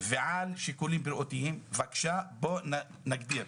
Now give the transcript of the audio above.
ועל שיקולים בריאותיים, בקשה בואו נגדיר.